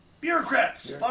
Bureaucrats